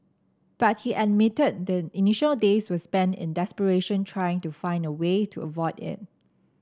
but he admitted the initial days were spent in desperation trying to find a way to avoid it